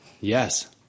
Yes